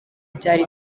byari